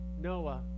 Noah